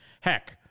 Heck